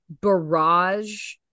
barrage